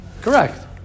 correct